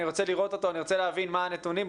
אני רוצה לראות אותו ולהבין מה הנתונים.